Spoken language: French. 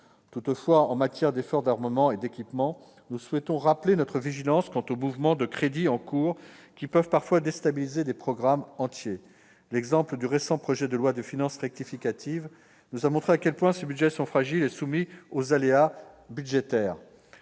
Toutefois, en matière d'effort d'armement et d'équipement, nous souhaitons rappeler notre vigilance quant aux mouvements de crédits en cours, qui peuvent parfois déstabiliser des programmes entiers. L'exemple du récent projet de loi de finances rectificative nous a montré à quel point ces budgets sont fragiles et soumis aux aléas budgétaires.